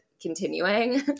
continuing